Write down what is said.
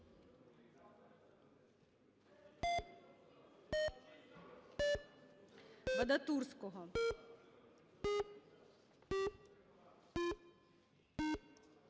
Вадатурського.